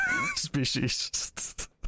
species